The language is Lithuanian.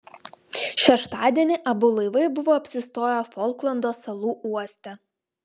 šeštadienį abu laivai buvo apsistoję folklando salų uoste